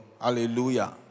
Hallelujah